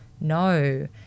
no